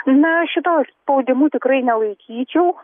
na šito spaudimu tikrai nelaikyčiau